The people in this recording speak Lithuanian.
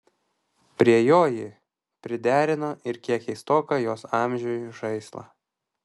prie jo ji priderino ir kiek keistoką jos amžiui žaislą